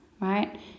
right